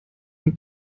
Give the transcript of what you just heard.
und